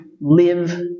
live